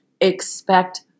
expect